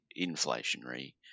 inflationary